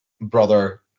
brother